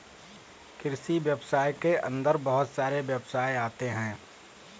कृषि व्यवसाय के अंदर बहुत सारे व्यवसाय आते है